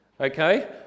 Okay